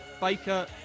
Baker